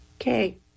okay